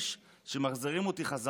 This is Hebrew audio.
אתם לא תבינו את זה אבל באמת,